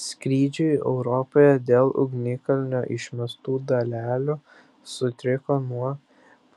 skrydžiai europoje dėl ugnikalnio išmestų dalelių sutriko nuo